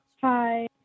Hi